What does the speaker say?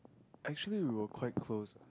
actually we are quite close lah